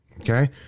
Okay